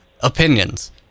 opinions